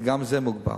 גם זה מוגבל.